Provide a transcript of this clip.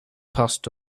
passed